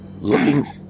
looking